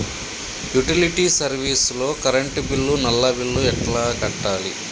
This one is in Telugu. యుటిలిటీ సర్వీస్ లో కరెంట్ బిల్లు, నల్లా బిల్లు ఎలా కట్టాలి?